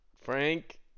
Frank